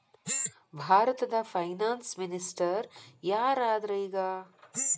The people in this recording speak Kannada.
ಭಾರತದ ಫೈನಾನ್ಸ್ ಮಿನಿಸ್ಟರ್ ಯಾರ್ ಅದರ ಈಗ?